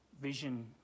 vision